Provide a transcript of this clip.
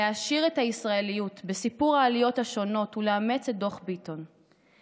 להעשיר את הישראליות בסיפור העליות השונות ולאמץ את דוח ביטון,